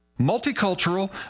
Multicultural